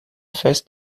fest